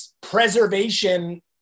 preservation